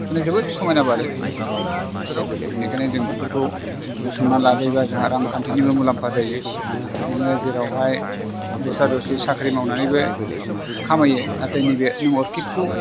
बेफोरनो जोबोद समायना बारो बोथोराव बेनिखायनो जों बेफोरखौ बुथुमना लाबोयोबा जोंहा रांखान्थिनिबो मुलाम्फा जायो नोङो जेरावहाय दस्रा दस्रि साख्रि मावनानैबो खामायो नाथाय नैबे नों अरखिदखौ